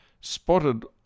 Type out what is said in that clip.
spotted